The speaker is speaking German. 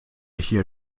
hier